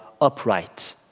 upright